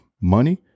money